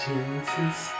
Jesus